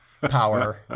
power